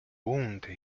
wound